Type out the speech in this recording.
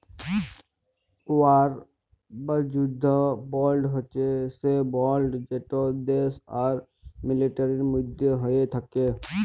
war বা যুদ্ধ world হছে সে বল্ড যেট দ্যাশ আর মিলিটারির মধ্যে হ্যয়ে থ্যাকে